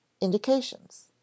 indications